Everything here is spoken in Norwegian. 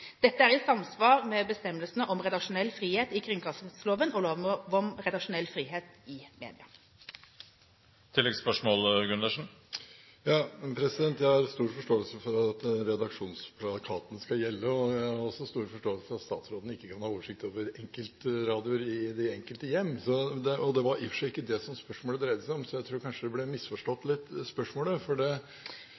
Dette er i samsvar med bestemmelsene om redaksjonell frihet i kringkastingsloven og lov om redaksjonell frihet i media. Jeg har stor forståelse for at redaksjonsplakaten skal gjelde, og jeg har også stor forståelse for at statsråden ikke kan ha oversikt over enkeltradioer i de enkelte hjem. Det var i og for seg ikke det spørsmålet dreide seg om, så jeg tror kanskje spørsmålet ble misforstått